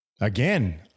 Again